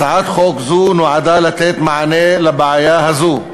הצעת חוק זו נועדה לתת מענה על בעיה הזו.